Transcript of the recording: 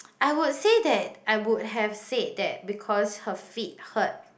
I would say that I would have said that because her feet hurt